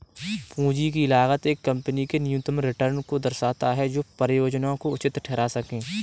पूंजी की लागत एक कंपनी के न्यूनतम रिटर्न को दर्शाता है जो परियोजना को उचित ठहरा सकें